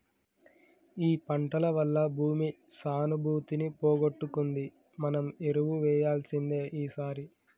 ఈ పంటల వల్ల భూమి సానుభూతిని పోగొట్టుకుంది మనం ఎరువు వేయాల్సిందే ఈసారి